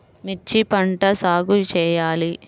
మిర్చి పంట ఎలా సాగు చేయాలి?